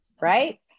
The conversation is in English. right